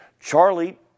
Charlie